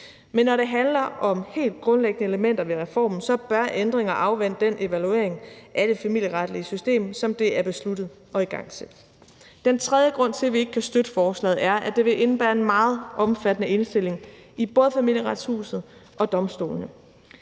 Men når det handler om helt grundlæggende elementer ved reformen, bør ændringer afvente den evaluering af det familieretlige system, som det er besluttet at igangsætte. Den tredje grund til, at vi ikke kan støtte forslaget, er, at det vil indebære en meget omfattende omstilling i både Familieretshuset og domstolene.